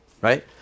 right